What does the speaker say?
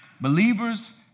Believers